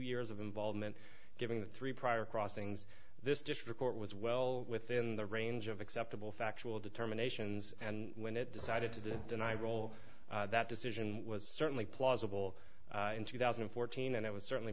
years of involvement given the three prior crossings this difficult was well within the range of acceptable factual determination and when it decided to do it then i roll that decision was certainly plausible in two thousand and fourteen and it was certainly